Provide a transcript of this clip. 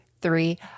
three